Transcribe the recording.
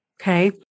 Okay